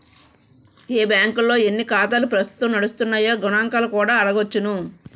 ఏ బాంకుల్లో ఎన్ని ఖాతాలు ప్రస్తుతం నడుస్తున్నాయో గణంకాలు కూడా అడగొచ్చును